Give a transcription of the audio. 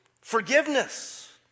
forgiveness